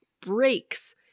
breaks